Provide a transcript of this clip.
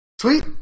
Sweet